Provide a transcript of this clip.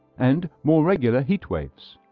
and more regular heat waves.